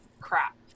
crap